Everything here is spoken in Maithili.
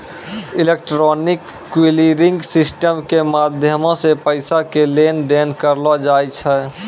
इलेक्ट्रॉनिक क्लियरिंग सिस्टम के माध्यमो से पैसा के लेन देन करलो जाय छै